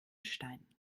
stein